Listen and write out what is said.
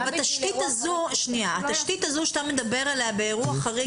התשתית הזו שאתה מדבר עליה באירוע חריג